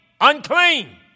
Unclean